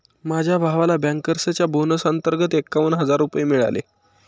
माझ्या भावाला बँकर्सच्या बोनस अंतर्गत एकावन्न हजार रुपये मिळाले